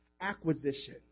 acquisition